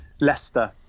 Leicester